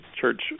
church